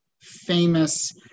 famous